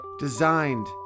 Designed